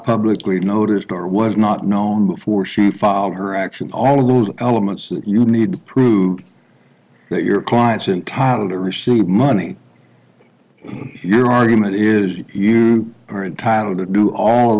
publicly noticed or was not known before she filed her action all of those elements that you need to prove that your clients in tata receive money your argument is you are entitled to do all